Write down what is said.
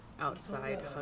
outside